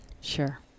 Sure